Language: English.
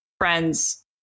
friends